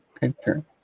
picture